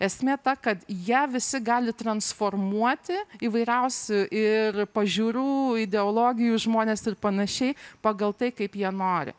esmė ta kad ją visi gali transformuoti įvairiausių ir pažiūrų ideologijų žmonės ir panašiai pagal tai kaip jie nori